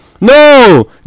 no